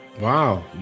Wow